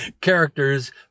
characters